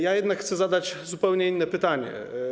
Ja jednak chcę zadać zupełnie inne pytanie.